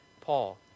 Paul